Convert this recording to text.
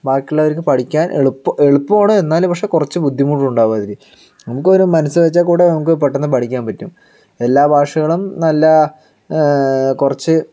ബാക്കിയുള്ളവർക്ക് പഠിക്കാൻ എളുപ്പ എളുപ്പമാണ് എന്നാൽ പക്ഷേ കുറച്ചു ബുദ്ധിമുട്ടുണ്ടാവും അതില് നമുക്കൊരു മനസ്സുവെച്ചാൽ കൂടെ നമുക്ക് പെട്ടെന്ന് പഠിക്കാൻ പറ്റും എല്ലാ ഭാഷകളും നല്ല കുറച്ച്